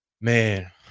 Man